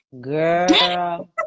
Girl